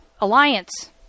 alliance